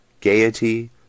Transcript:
gaiety